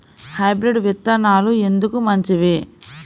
Hybrid విత్తనాలు ఎందుకు మంచివి?